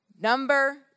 Number